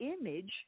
image